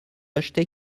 acheter